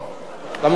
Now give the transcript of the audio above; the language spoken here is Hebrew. כמקובל.